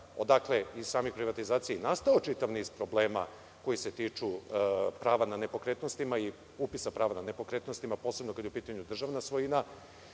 odakle je i nastao čitav niz problema koji se tiču prava na nepokretnosti i upisa prava nad nepokretnostima, posebno kada je u pitanju državna svojina. Drago